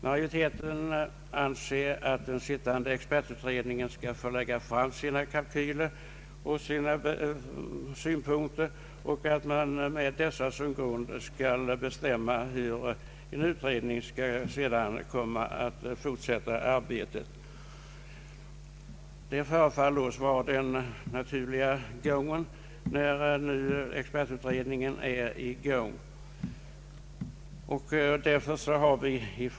Majoriteten anser att den nu pågående expertutredningen bör lägga fram sina kalkyler och redovisa sina synpunkter och att man sedan med hjälp av detta grundmaterial bör bedöma hur det fortsatta arbetet skall bedrivas. Detta förefaller oss vara den naturliga gången, när expertutredningen nu är i gång med sitt arbete.